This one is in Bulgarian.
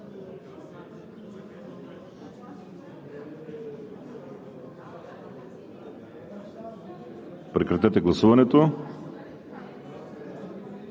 Прекратете гласуването,